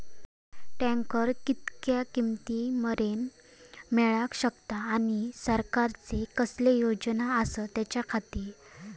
Tractor कितक्या किमती मरेन मेळाक शकता आनी सरकारचे कसले योजना आसत त्याच्याखाती?